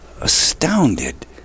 astounded